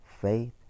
Faith